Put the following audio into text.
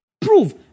prove